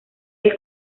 del